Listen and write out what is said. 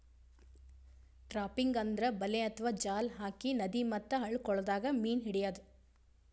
trapping ಅಂದ್ರ ಬಲೆ ಅಥವಾ ಜಾಲ್ ಹಾಕಿ ನದಿ ಮತ್ತ್ ಹಳ್ಳ ಕೊಳ್ಳದಾಗ್ ಮೀನ್ ಹಿಡ್ಯದ್